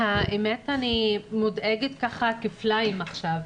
האמת, אני מודאגת כפליים עכשיו.